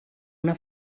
una